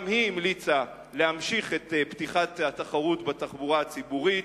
גם היא המליצה להמשיך את פתיחת התחרות בתחבורה הציבורית.